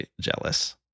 jealous